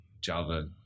Java